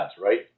right